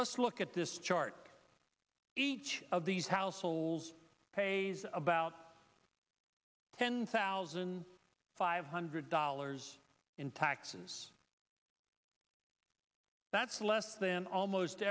let's look at this chart each of these households pays about ten thousand five hundred dollars in taxes that's less than almost